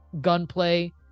gunplay